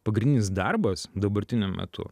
pagrindinis darbas dabartiniu metu